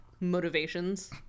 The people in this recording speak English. motivations